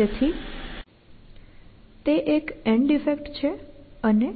તેથી તે એક એન્ડ ઈફેક્ટ છે અને